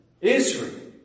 Israel